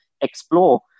explore